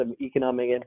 economic